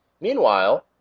Meanwhile